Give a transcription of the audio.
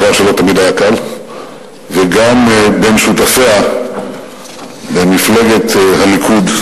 דבר שלא תמיד היה קל וגם בין שותפיה למפלגת הליכוד.